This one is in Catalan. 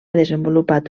desenvolupat